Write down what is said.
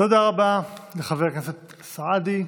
תודה רבה לחבר הכנסת סעדי.